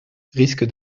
risque